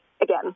Again